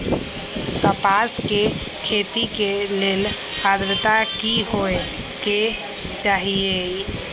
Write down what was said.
कपास के खेती के लेल अद्रता की होए के चहिऐई?